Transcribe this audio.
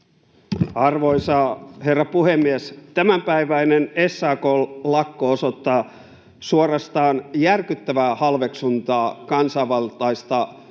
Arvoisa herra puhemies! Tämänpäiväinen SAK:n lakko osoittaa suorastaan järkyttävää halveksuntaa kansanvaltaista järjestelmäämme